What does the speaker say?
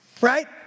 right